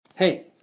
Hey